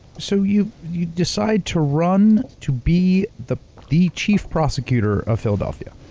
so, you you decide to run to be the the chief prosecutor of philadelphia.